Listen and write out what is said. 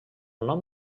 nom